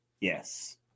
yes